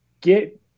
get